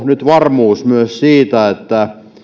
nyt varmuus myös siitä